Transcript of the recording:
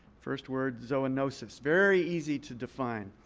first word, zoonosis, very easy to define.